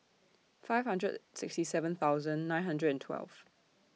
five hundred sixty seven thousand nine hundred and twelve